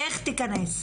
איך תכנס?